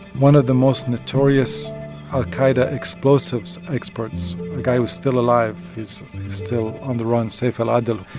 one of the most notorious al-qaida explosives experts a guy who's still alive, he's still on the run saif al-adel